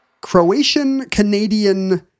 Croatian-Canadian